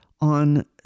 on